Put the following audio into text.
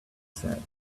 said